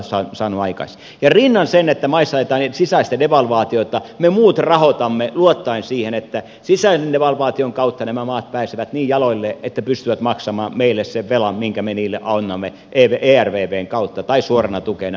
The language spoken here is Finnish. ja rinnan sen kanssa että maissa ajetaan sisäistä devalvaatiota me muut rahoitamme luottaen siihen että sisäisen devalvaation kautta nämä maat pääsevät niin jaloilleen että pystyvät maksamaan meille takaisin sen velan minkä me niille annamme ervvn kautta tai suorana tukena